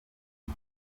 ngo